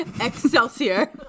excelsior